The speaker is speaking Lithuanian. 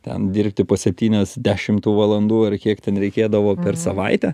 ten dirbti po septyniasdešim tų valandų ar kiek ten reikėdavo per savaitę